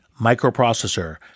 microprocessor